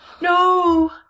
No